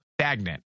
stagnant